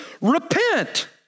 repent